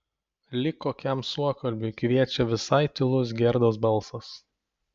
lyg kokiam suokalbiui kviečia visai tylus gerdos balsas